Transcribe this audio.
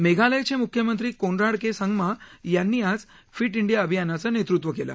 मेघालयचे म्ख्यमंत्री कोनराड के संगमा यांनी आज फिट इंडिया अभियानाचं नेतृत्व केलं